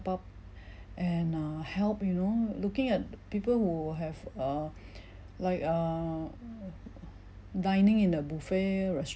up and uh help you know looking at people who have uh like err dining in a buffet restaurants